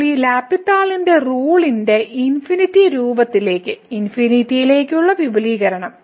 ഇപ്പോൾ ഈ L hospital റൂളിന്റെ ഇൻഫിനിറ്റി രൂപത്തിലേക്ക് ഇൻഫിനിറ്റിയിലേക്കുള്ള വിപുലീകരണം